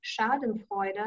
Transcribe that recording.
schadenfreude